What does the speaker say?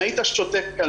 היית שותק?